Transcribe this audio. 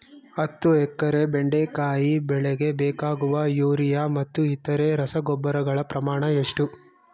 ಹತ್ತು ಎಕರೆ ಬೆಂಡೆಕಾಯಿ ಬೆಳೆಗೆ ಬೇಕಾಗುವ ಯೂರಿಯಾ ಮತ್ತು ಇತರೆ ರಸಗೊಬ್ಬರಗಳ ಪ್ರಮಾಣ ಎಷ್ಟು?